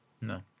No